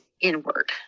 inward